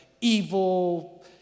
evil